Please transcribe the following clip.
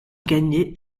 gagner